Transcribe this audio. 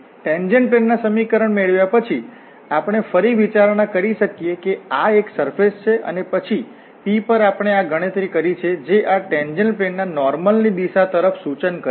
tangent plane ના સમીકરણ મેળવ્યા પછી આપણે ફરી વિચારણા કરી શકીએ કે આ એક સરફેશ છે અને પછી P પર આપણે આ ગણતરી કરી છે જે આ ટેન્જેન્ટ પ્લેન ના નોર્મલ ની દિશા તરફ સુચન કરે છે